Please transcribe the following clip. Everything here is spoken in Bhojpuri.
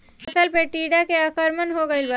फसल पे टीडा के आक्रमण हो गइल बा?